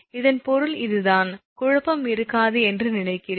இதன் பொருள் இதுதான் குழப்பம் இருக்காது என்று நினைக்கிறேன்